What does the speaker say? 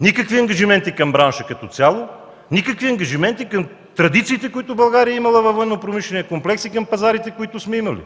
никакви ангажименти към бранша като цяло, никакви ангажименти към традициите, които България е имала във военнопромишления комплекс и към пазарите, които сме имали.